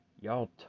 y'all